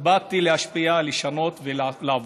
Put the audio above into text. באתי להשפיע, לשנות ולעבוד.